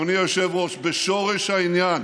אדוני היושב-ראש, בשורש העניין